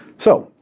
so,